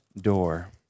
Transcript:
door